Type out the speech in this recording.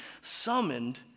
summoned